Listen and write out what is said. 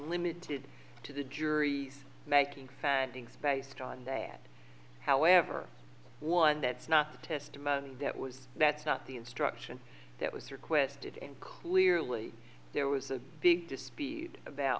limited to the jury making findings based on that however one that's not testimony that was that's not the instruction that was requested and clearly there was a big to speed about